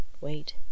wait